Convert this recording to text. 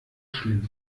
schlimm